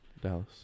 Dallas